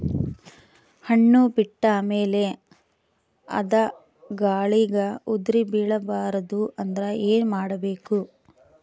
ಹಣ್ಣು ಬಿಟ್ಟ ಮೇಲೆ ಅದ ಗಾಳಿಗ ಉದರಿಬೀಳಬಾರದು ಅಂದ್ರ ಏನ ಮಾಡಬೇಕು?